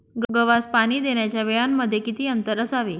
गव्हास पाणी देण्याच्या वेळांमध्ये किती अंतर असावे?